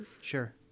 Sure